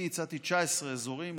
אני הצעתי 19 אזורים,